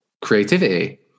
creativity